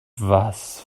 was